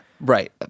right